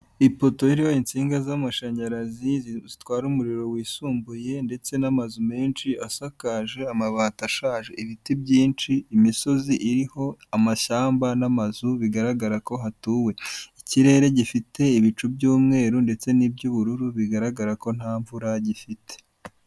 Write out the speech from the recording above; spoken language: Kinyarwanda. Ipoto iriho insinga z'amashanyarazi zitwara umuriro wisumbuye ndetse n'amazu menshi asakaje amabati ashaje, ibiti byinshi, imisozi iriho amashyamba n'amazu bigaragara ko hatuwe, ikirere gifite ibicu by'umweru ndetse n'ubururu bigaragara ko nta mvura gifite.